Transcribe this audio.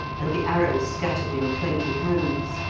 and the arrows scattered in twenty hands.